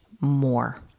more